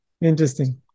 Interesting